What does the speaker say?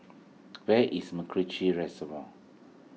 where is MacRitchie Reservoir